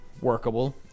workable